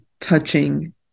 touching